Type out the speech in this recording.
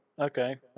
Okay